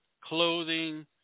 Clothing